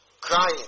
crying